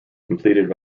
completed